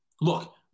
look